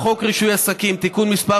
בחוק רישוי עסקים (תיקון מס'